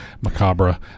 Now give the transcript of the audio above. macabre